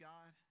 God